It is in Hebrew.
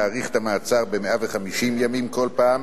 להאריך את המעצר ב-150 ימים כל פעם.